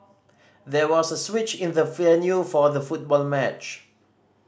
there was a switch in the venue for the football match